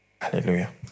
Hallelujah